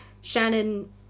Shannon